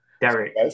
Derek